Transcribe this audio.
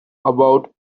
about